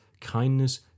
kindness